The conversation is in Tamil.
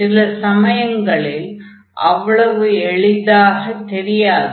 சில சமயங்களில் அவ்வளவு எளிதாகத் தெரியாது